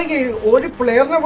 a lot of